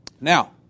Now